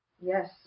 Yes